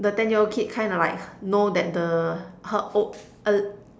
the ten year old kid kind of like know that the her old er~